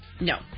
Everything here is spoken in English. No